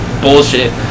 bullshit